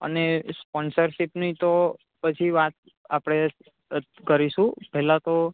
અને સ્પોન્સરશિપની તો પછી વાત આપણે કરીશું પહેલા તો